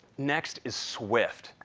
next is swift.